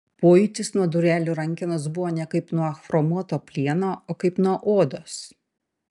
pojūtis nuo durelių rankenos buvo ne kaip nuo chromuoto plieno o kaip nuo odos